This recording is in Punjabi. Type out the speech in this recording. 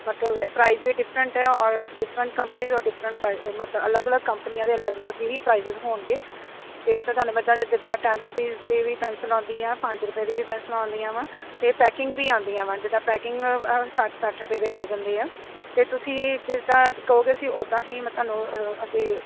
ਮਤਲਬ ਇਹ ਪ੍ਰਾਈਸ ਵੀ ਡਿਫਰੈਂਟ ਹੈ ਔਰ ਡਿਫਰੈਂਟ ਕੰਪਨੀਜ਼ ਔਰ ਡਿਫਰੈਂਟ ਪ੍ਰਾਈਜ ਮਤ ਅਲੱਗ ਅਲੱਗ ਕੰਪਨੀਆਂ ਦੇ ਅਲੱਗ ਅਲੱਗ ਹੀ ਪ੍ਰਾਈਜਜ ਹੋਣਗੇ ਅਤੇ ਤੁਹਾਨੂੰ ਮੈਂ ਜਿੱਦਾਂ ਟੈੱਨ ਰੁਪੀਸ ਦੀ ਵੀ ਪੈਨਸਲ ਆਉਂਦੀ ਹੈ ਪੰਜ ਰੁਪਏ ਦੀ ਵੀ ਪੈਨਸਲ ਆਉਂਦੀਆਂ ਵਾਂ ਅਤੇ ਪੈਕਿੰਗ ਵੀ ਆਉਂਦੀਆਂ ਵਾਂ ਜਿੱਦਾਂ ਪੈਕਿੰਗ ਸੱਠ ਸੱਠ ਰੁਪਏ ਦੇ ਪੈ ਜਾਂਦੇ ਆ ਅਤੇ ਤੁਸੀਂ ਜਿੱਦਾਂ ਕਹੋਗੇ ਅਸੀਂ ਉੱਦਾਂ ਹੀ ਮੈਂ ਤੁਹਾਨੂੰ ਅਸੀਂ